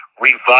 revive